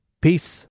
Peace